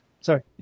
Sorry